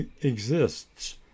exists